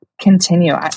continue